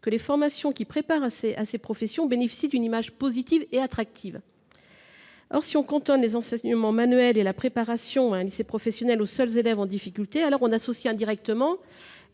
que les formations préparant à ces professions bénéficient d'une image positive et attractive. Or, si l'on cantonne les enseignements manuels et la préparation au lycée professionnel aux seuls élèves en difficulté, on associe indirectement